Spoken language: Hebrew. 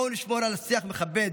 בואו נשמור על שיח מכבד,